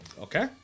Okay